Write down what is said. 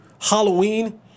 Halloween